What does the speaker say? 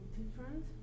different